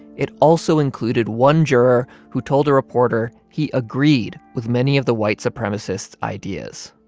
it also included one juror who told a reporter he agreed with many of the white supremacists' ideas.